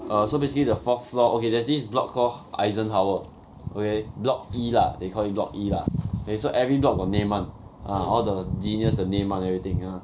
err so basically the fourth floor okay there's this block call ison tower okay block E lah they call it block E lah okay so every block got name [one] ah all the genius the name [one] everything ah